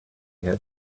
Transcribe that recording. had